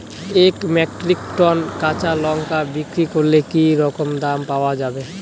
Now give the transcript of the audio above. এক metric ton কাঁচা লঙ্কা বিক্রি করলে কি রকম দাম পাওয়া যাবে?